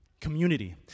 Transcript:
Community